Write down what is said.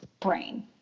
Brain